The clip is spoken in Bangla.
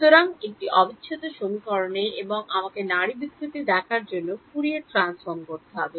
সুতরাং একটি অবিচ্ছেদ্য সমীকরণে এবং আমাকে নাড়ি বিকৃতি দেখার জন্য ফুরিয়ার ট্রান্সফর্ম করতে হবে